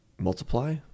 multiply